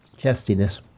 chestiness